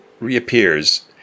reappears